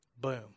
boom